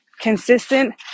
consistent